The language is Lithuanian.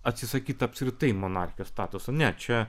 atsisakyt apskritai monarchijos statuso ne čia